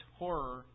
horror